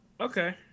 Okay